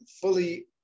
fully